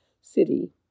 city